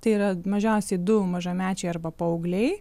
tai yra mažiausiai du mažamečiai arba paaugliai